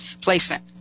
placement